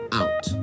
out